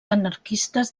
anarquistes